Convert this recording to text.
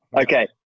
Okay